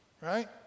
right